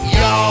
yo